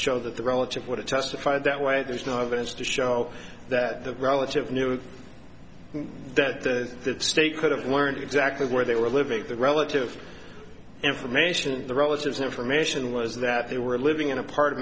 show that the relative would have testified that way there's no evidence to show that the relative knew that the state could have learned exactly where they were living the relative information the relatives information was that they were living in a part of